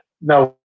No